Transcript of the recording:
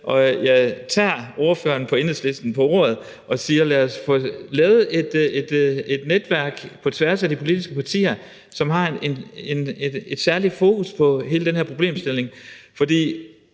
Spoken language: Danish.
og jeg tager ordføreren fra Enhedslisten på ordet og siger: Lad os få lavet et netværk på tværs af de politiske partier, som har et særligt fokus på hele den her problemstilling. For